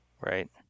Right